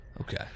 Okay